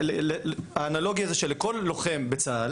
האנלוגיה היא שלכל לוחם בצה"ל